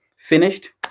finished